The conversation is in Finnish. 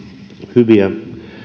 hyviä